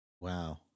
Wow